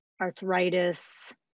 arthritis